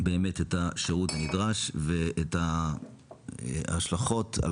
באמת את השירות הנדרש ואת ההשלכות על